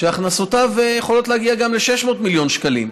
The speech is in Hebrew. שהכנסותיו יכולות להגיע גם ל-600 מיליון שקלים.